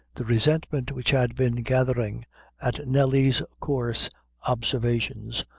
the resentment which had been gathering at nelly's coarse observations,